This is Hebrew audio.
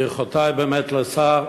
תודה, ברכותי באמת לשר,